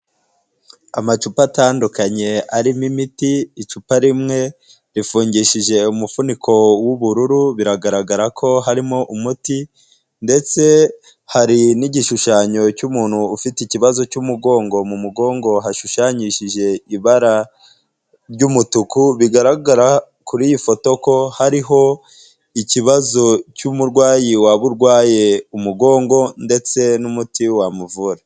Amacupa atandukanye arimo imiti, icupa rimwe rifungishije umufuniko w'ubururu, biragaragara ko harimo umuti ndetse hari n'igishushanyo cy'umuntu ufite ikibazo cy'umugongo. Mu mugongo hashushanyishije ibara ry'umutuku, bigaragara kuri iyi foto ko hariho ikibazo cy'umurwayi waba urwaye umugongo ndetse n'umuti wamuvura.